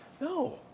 No